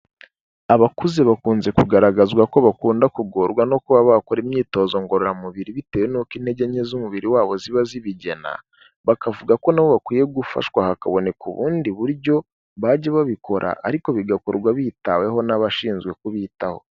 Abakuze bakunze kugaragazwa ko bakunda kugorwa no kuba bakora imyitozo ngororamubiri bitewe n'uko intege nke z'umubiri wabo ziba zibigena, bakavuga ko na bo bakwiye gufashwa hakaboneka ubundi buryo bajya babikora ariko bigakorwa bitaweho n'abashinzwe kubitaho.